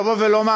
לומר: